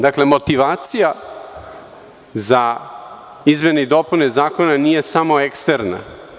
Dakle, motivacija za izmene i dopune zakona nije samo eksterna.